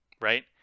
right